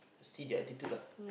see their attitude lah